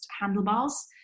handlebars